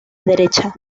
derecha